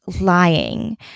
lying